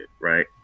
right